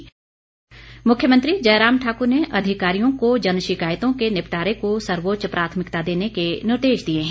शिकायत निवारण मुख्यमंत्री जयराम ठाकुर ने अधिकारियों को जनशिकायतों के निपटारे को सर्वोच्च प्राथमिकता देने के निर्देश दिए हैं